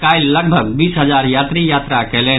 काल्हि लगभग बीस हजार यात्री यात्रा कयलनि